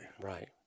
Right